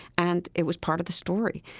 and it was part of the story.